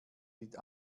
die